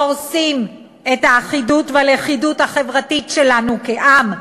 הורסים את האחידות והלכידות החברתית שלנו כעם,